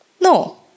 No